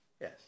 Yes